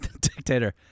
Dictator